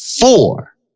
four